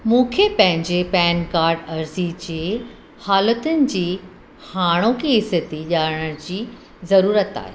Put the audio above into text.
मूंखे पंहिंजे PAN card अर्ज़ी जे हालतुनि जी हाणोकि स्थिति ॼाणण जी ज़रूरत आहे